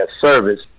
service